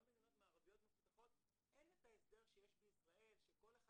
גם במדינות מערביות מפותחות אין את ההסדר שיש בישראל שכל אחד